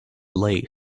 lay